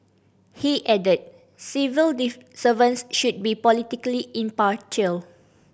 he added civil servants should be politically impartial